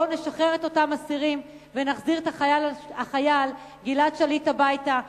בואו נשחרר את אותם אסירים ונחזיר את החייל גלעד שליט הביתה.